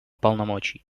полномочий